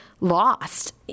lost